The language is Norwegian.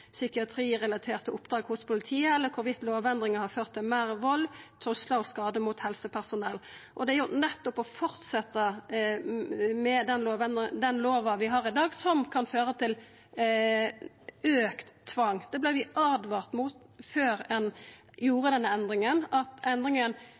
psykiatrirelaterte oppdrag hos politiet, eller om lovendringa har ført til meir vald, truslar og skade mot helsepersonell. Det er jo nettopp det å fortsetja med den lova vi har i dag, som kan føra til auka tvang. Det vart vi åtvara om før ein